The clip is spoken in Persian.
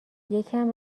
یکم